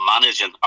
managing